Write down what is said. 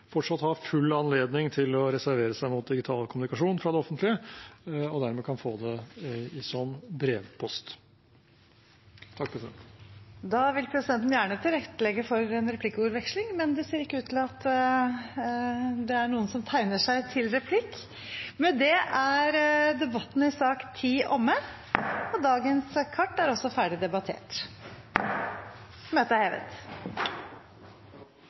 fortsatt har full anledning til å reservere seg mot digital kommunikasjon fra det offentlige og dermed kan få det som brevpost. Flere har ikke bedt om ordet til sak nr. 10. Dermed er dagens kart ferdigbehandlet. – Forlanger noen ordet før møtet heves? Møtet er hevet.